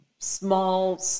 Small